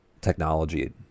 technology